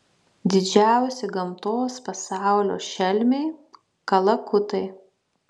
didžiausi gamtos pasaulio šelmiai kalakutai